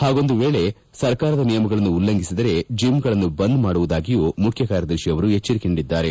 ಹಾಗೊಂದು ವೇಳೆ ಸರ್ಕಾರದ ನಿಯಮಗಳನ್ನು ಉಲ್ಲಂಘಿಸಿದರೆ ಜಿಮ್ ಗಳನ್ನು ಬಂದ್ ಮಾಡುವುದಾಗಿಯೂ ಮುಖ್ಯ ಕಾರ್ಯದರ್ಶಿ ಅವರು ಎಚ್ಚರಿಕೆ ನೀಡಿದ್ದಾರೆ